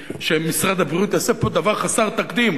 שמשרד הבריאות יעשה פה דבר חסר תקדים.